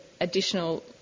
additional